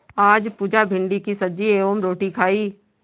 आज पुजा भिंडी की सब्जी एवं रोटी खाई